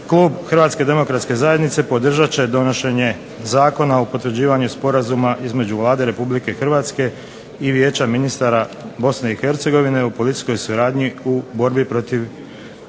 klub Hrvatske demokratske zajednice podržat će donošenje Zakona o potvrđivanju Sporazuma između Vlade Republike Hrvatske i Vijeća ministara Bosne i Hercegovine o policijskoj suradnji u borbi protiv